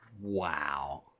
Wow